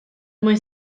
mwyn